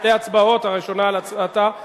שתי הצבעות נפרדות.